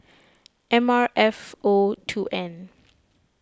M R F O two N